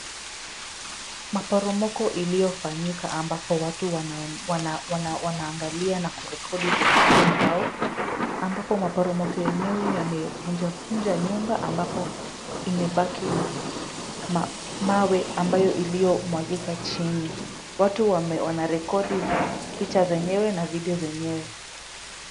Maporomko iliyofanyika ambapo watu wanaangalia na kurekodi kwenye simu zao, ambapo maporomoko yenyewe yamevunja vunja nyumba ambapo imebaki na mawe ambayo iliyo mwagika chini. Watu wanarekodi picha zenyewe na vedio zenyewe.